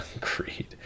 Creed